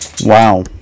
Wow